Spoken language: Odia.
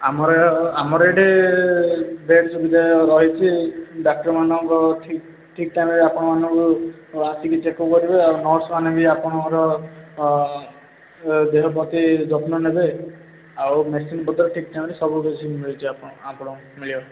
ଆମର ଆମର ଏଇଠି ବେଡ଼ ସୁବିଧା ରହିଛି ଡାକ୍ଟର ମାନଙ୍କ ଠିକ୍ ଠିକ୍ ଟାଇମରେ ଆପଣମାନଙ୍କୁ ଆସିକି ଚେକଅପ୍ କରିବେ ଆଉ ନର୍ସମାନେ ଆପଣଙ୍କର ଦେହ ପ୍ରତି ଯତ୍ନ ନେବେ ଆଉ ମେଡ଼ିସିନ ପତ୍ର ଠିକ୍ ଟାଇମରେ ସବୁ ମେଡ଼ିସିନ୍ ଆପଣ ଆପଣଙ୍କୁ ମିଳିବ